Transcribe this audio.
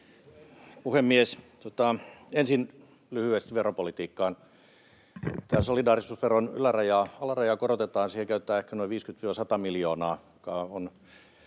puhemies! Ensin lyhyesti veropolitiikkaan. Tämän solidaarisuusveron alarajaa korotetaan. Siihen käytetään ehkä noin 50—100 miljoonaa. Meillä on